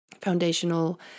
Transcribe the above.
foundational